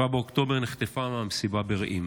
ב-7 באוקטובר נחטפה מהמסיבה ברעים.